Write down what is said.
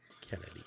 Kennedy